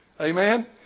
amen